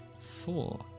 Four